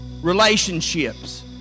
Relationships